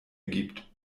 gibt